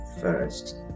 first